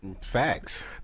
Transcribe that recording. Facts